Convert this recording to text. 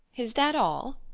is that all?